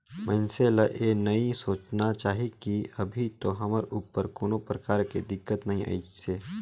मइनसे ल ये नई सोचना चाही की अभी तो हमर ऊपर कोनो परकार के दिक्कत नइ आइसे